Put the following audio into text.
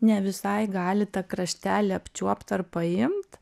ne visai gali tą kraštelį apčiuopt ar paimt